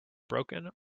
broken